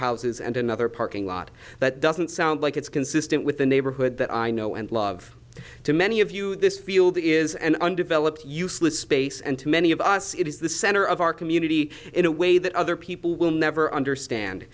houses and another parking lot that doesn't sound like it's consistent with the neighborhood that i know and love to many of you this field is an undeveloped useless space and to many of us it is the center of our community in a way that other people will never understand